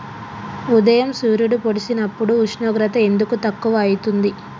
ఉదయం సూర్యుడు పొడిసినప్పుడు ఉష్ణోగ్రత ఎందుకు తక్కువ ఐతుంది?